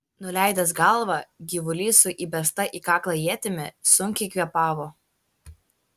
nuleidęs galvą gyvulys su įbesta į kaklą ietimi sunkiai kvėpavo